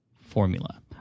formula